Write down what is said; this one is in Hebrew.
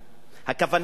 כוונתי היא,